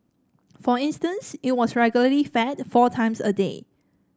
for instance it was regularly fed four times a day